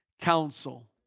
counsel